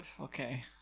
okay